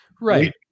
right